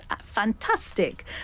fantastic